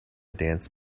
dance